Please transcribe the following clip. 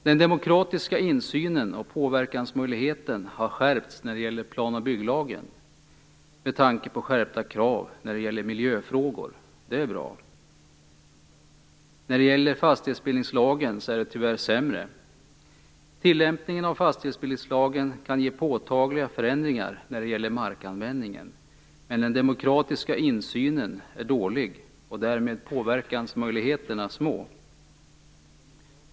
Den demokratiska insynen och påverkansmöjligheten har skärpts när det gäller plan och bygglagen med tanke på skärpta krav när det gäller miljöfrågor. Det är bra. När det gäller fastighetsbildningslagen är det tyvärr sämre. Tillämpningen av fastighetsbildningslagen kan ge påtagliga förändringar när det gäller markanvändningen, men den demokratiska insynen är dålig och påverkansmöjligheterna därmed små.